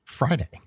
Friday